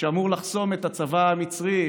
שאמור היה לחסום את הצבא המצרי,